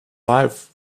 wife